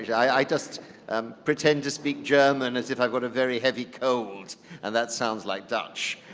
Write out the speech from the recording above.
i just um pretend to speak german as if i've got a very heavy cold and that sounds like dutch.